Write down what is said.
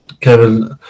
Kevin